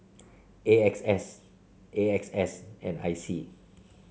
A X S A X S and I C